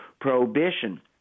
prohibition